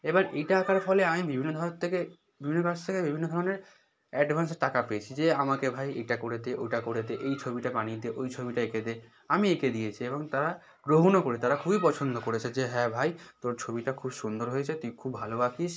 এবার এইটা আঁকার ফলে আমি বিভিন্ন ধরের থেকে বিভিন্ন কাছ থেকে বিভিন্ন ধরনের অ্যাডভান্সের টাকা পেয়েছি যে আমাকে ভাই এইটা করে দে ওটা করে দে এই ছবিটা বানিয়ে দে ওই ছবিটা এঁকে দে আমি এঁকে দিয়েছি এবং তারা গ্রহণও করে তারা খুবই পছন্দ করেছে যে হ্যাঁ ভাই তোর ছবিটা খুব সুন্দর হয়েছে তুই খুব ভালো আঁকিস